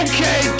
Okay